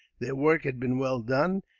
their work had been well done,